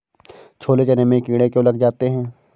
छोले चने में कीड़े क्यो लग जाते हैं?